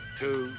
two